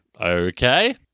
Okay